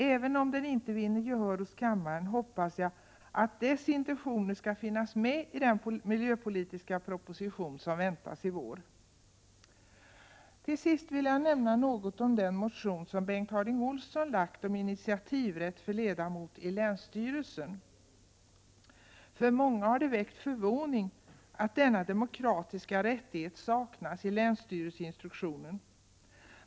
Även om den inte vinner gehör hos kammaren hoppas jag att dess intentioner skall finnas med i den miljöpolitiska proposition som väntas i vår. Till sist vill jag säga något om den motion som Bengt Harding Olson har väckt om initiativrätt för ledamot i länsstyrelsen. Många har förvånats över att denna demokratiska rättighet saknas i länsstyrelseinstruktionen.